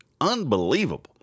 unbelievable